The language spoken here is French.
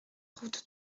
route